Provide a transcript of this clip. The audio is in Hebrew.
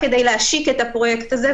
רק כדי להשיק את הפרויקט הזה,